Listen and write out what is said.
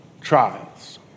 trials